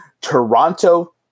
Toronto